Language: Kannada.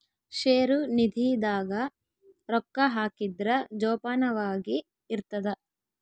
ಷೇರು ನಿಧಿ ದಾಗ ರೊಕ್ಕ ಹಾಕಿದ್ರ ಜೋಪಾನವಾಗಿ ಇರ್ತದ